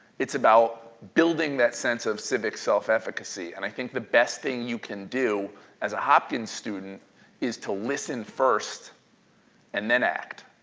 it's about building that sense of civic self-efficacy and i think the best thing you can do as a hopkins student is to listen first and then act.